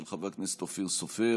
של חבר הכנסת אופיר סופר,